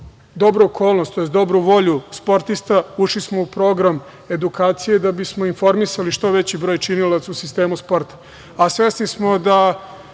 dobre okolnosti, tj. dobru volju sportista, ušli smo u program edukacije da bismo informisali što veći broj činilaca u sistemu sporta.